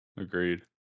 agreed